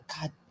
God